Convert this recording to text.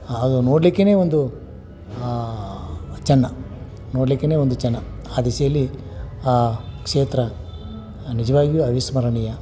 ಅದು ನೋಡ್ಲಿಕ್ಕೆ ಒಂದು ಚೆನ್ನ ನೋಡ್ಲಿಕ್ಕೆ ಒಂದು ಚೆನ್ನ ಆ ದಿಸೆಯಲ್ಲಿ ಆ ಕ್ಷೇತ್ರ ನಿಜ್ವಾಗಿಯೂ ಅವಿಸ್ಮರಣೀಯ